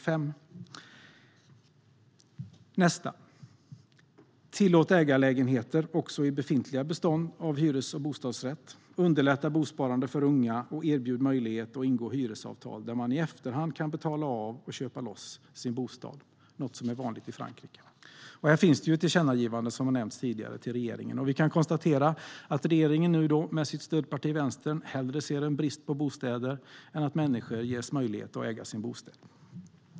För det fjärde vill vi tillåta ägarlägenheter även i befintliga bestånd av hyres och bostadsrätter, underlätta bosparande för unga och erbjuda möjlighet att ingå hyresavtal där man i efterhand kan betala av och köpa loss sin bostad, något som är vanligt i Frankrike. Här finns ett tillkännagivande till regeringen, som nämnts tidigare. Vi kan konstatera att regeringen med sitt stödparti Vänstern hellre ser en brist på bostäder än att människor ges möjlighet att äga sin bostad.